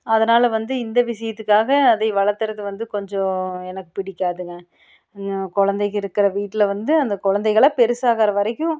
அதனால வந்து இந்த விசியத்துக்காக அதை வளர்த்துறது வந்து கொஞ்சம் எனக்கு பிடிக்காதுங்க குழந்தைக இருக்கிற வீட்டில் வந்து அந்த குழந்தைகலாம் பெருசாகிற வரைக்கும்